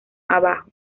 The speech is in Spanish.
abajo